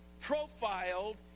profiled